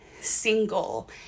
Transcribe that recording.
single